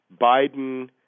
Biden